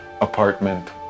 apartment